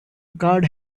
card